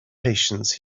patience